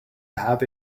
have